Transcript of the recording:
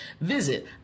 Visit